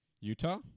Utah